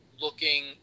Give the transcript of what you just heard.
looking